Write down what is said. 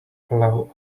allow